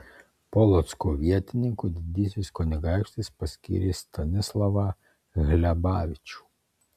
polocko vietininku didysis kunigaikštis paskyrė stanislovą hlebavičių